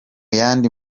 yandi